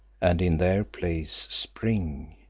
and in their place spring,